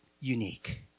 unique